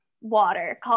water